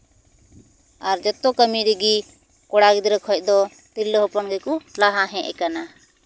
ᱟᱨ ᱡᱚᱛᱚ ᱠᱟᱹᱢᱤ ᱨᱮᱜᱤ ᱠᱚᱲᱟ ᱜᱤᱫᱽᱨᱟᱹ ᱠᱷᱚᱡ ᱫᱚ ᱛᱤᱨᱞᱟᱹ ᱦᱚᱯᱚᱱ ᱜᱮᱠᱚ ᱞᱟᱦᱟ ᱦᱮᱡ ᱟᱠᱟᱱᱟ